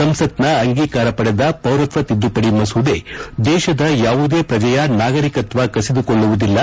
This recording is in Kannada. ಸಂಸತ್ನ ಅಂಗೀಕಾರ ಪಡೆದ ಪೌರತ್ವ ತಿದ್ದುಪಡಿ ಮಸೂದೆ ದೇಶದ ಯಾವುದೇ ಪ್ರಜೆಯ ನಾಗರಿಕತ್ವ ಕಸಿದು ಕೊಳ್ಳುವುದಿಲ್ಲ